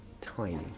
tiny